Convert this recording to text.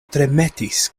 tremetis